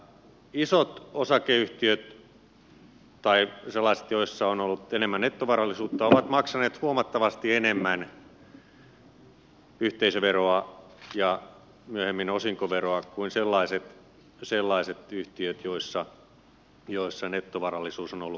isot osakeyhtiöt tai sellaiset joissa on ollut enemmän nettovarallisuutta ovat maksaneet huomattavasti enemmän yhteisöveroa ja myöhemmin osinkoveroa kuin sellaiset yhtiöt joissa nettovarallisuus on ollut alhainen